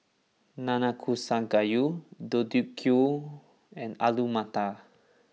Nanakusa Gayu Deodeok Gui and Alu Matar